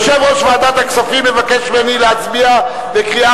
יושב-ראש ועדת הכספים מבקש ממני להצביע בקריאה